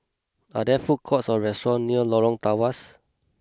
are there food courts or restaurant near Lorong Tawas